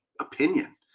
opinion